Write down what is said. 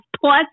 plus